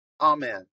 Amen